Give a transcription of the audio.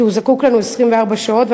כי הוא זקוק לנו 24 שעות,